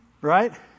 right